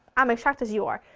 i'm as shocked as you are,